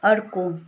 अर्को